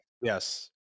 yes